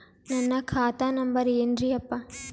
ನನ್ನ ಖಾತಾ ನಂಬರ್ ಏನ್ರೀ ಯಪ್ಪಾ?